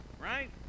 right